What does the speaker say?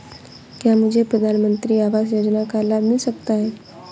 क्या मुझे प्रधानमंत्री आवास योजना का लाभ मिल सकता है?